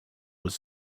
was